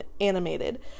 animated